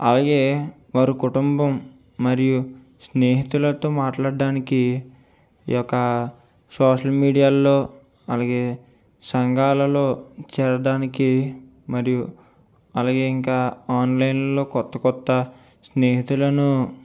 అలాగే వారి కుటుంబం మరియు స్నేహితులతో మాట్లాడ్డానికి ఈ యొక సోషల్ మీడియా ల్లో అలాగే సంఘాలలో చేరడానికి మరియు అలాగే ఇంకా ఆన్లైన్ లో కొత్త కొత్త స్నేహితులను